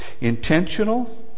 intentional